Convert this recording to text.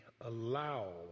allow